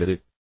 செய்தார்கள்